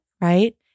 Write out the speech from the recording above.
right